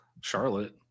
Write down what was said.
Charlotte